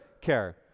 care